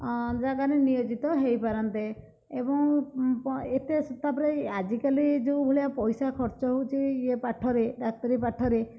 ଅ ଜାଗାରେ ନିୟୋଜିତ ହେଇ ପାରନ୍ତେ ଏବଂ ଏତେ ସେ ତାପରେ ଆଜିକାଲି ଯେଉଁ ଭଳିଆ ପଇସା ଖର୍ଚ୍ଚ ହେଉଛି ଇଏ ପାଠରେ ଡ଼ାକ୍ତରୀ ପାଠରେ